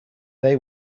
they